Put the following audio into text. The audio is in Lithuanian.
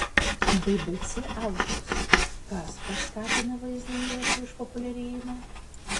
bbc autos kas paskatina vaizdo įrašo išpopuliarėjimą